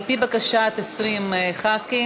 על-פי בקשת 20 חברי כנסת,